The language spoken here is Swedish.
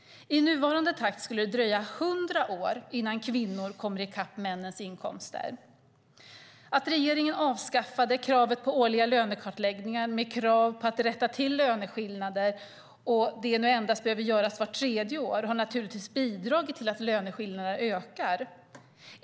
I nuvarande takt skulle det dröja hundra år innan kvinnor kommer i kapp männens inkomster. Att regeringen avskaffade kravet på årliga lönekartläggningar, med krav på att rätta till löneskillnader, och detta nu behöver göras endast vart tredje år har naturligtvis bidragit till att löneskillnaderna ökar.